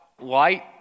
light